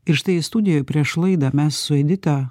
ir štai studijoj prieš laidą mes su edita